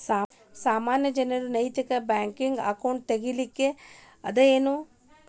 ಸಾಮಾನ್ಯ ಜನರು ನೈತಿಕ ಬ್ಯಾಂಕ್ನ್ಯಾಗ್ ಅಕೌಂಟ್ ತಗೇ ಲಿಕ್ಕಗ್ತದೇನು?